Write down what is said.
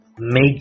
make